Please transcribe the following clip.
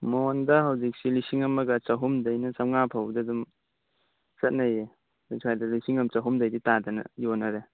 ꯃꯣꯟꯗ ꯍꯧꯖꯤꯛꯁꯦ ꯂꯤꯁꯤꯡ ꯑꯃꯒ ꯆꯥꯍꯨꯝꯗꯒꯤꯅ ꯆꯥꯝꯃꯉꯥ ꯐꯥꯎꯕꯗ ꯑꯗꯨꯝ ꯆꯠꯅꯩꯌꯦ ꯑꯗꯨ ꯁ꯭ꯋꯥꯏꯗ ꯂꯤꯁꯤꯡ ꯑꯃ ꯆꯥꯍꯨꯝꯗꯩꯗꯤ ꯇꯥꯗꯅ ꯌꯣꯟꯅꯔꯦ